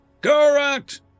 Correct